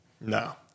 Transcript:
No